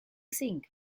sing